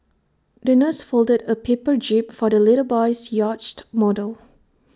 the nurse folded A paper jib for the little boy's yacht model